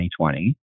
2020